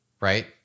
right